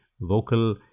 Vocal